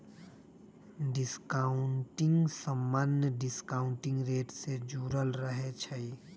discounting समान्य discounting rate से जुरल रहै छइ